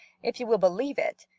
if you will believe it!